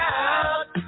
out